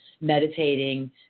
meditating